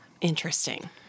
Interesting